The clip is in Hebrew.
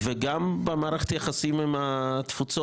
גם במערכת היחסים עם התפוצות.